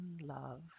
love